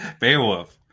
Beowulf